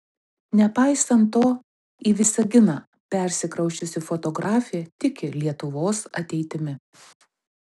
nepaisant to į visaginą persikrausčiusi fotografė tiki lietuvos ateitimi